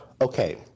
Okay